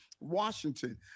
Washington